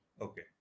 Okay